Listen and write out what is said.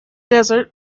desert